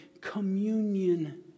communion